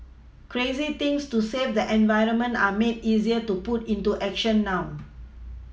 crazy things to save the environment are made easier to put into action now